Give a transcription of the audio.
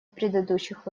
предыдущих